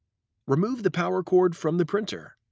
remove the power cord from the printer.